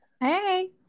Hey